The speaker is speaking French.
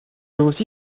aussi